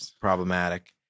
problematic